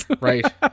Right